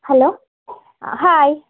hello hi